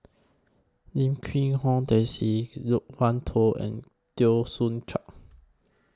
Lim Quee Hong Daisy Loke Wan Tho and Teo Soon Chuan